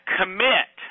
commit